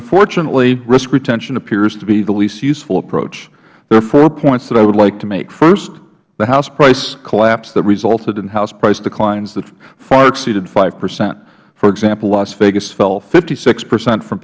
unfortunately risk retention appears to be the least useful approach there are four points that i would like to make first the house price collapse that resulted in house price declines that far exceed five percent for example las vegas fell fifty six percent f